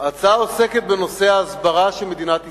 ההצעה עוסקת בנושא ההסברה של מדינת ישראל.